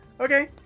okay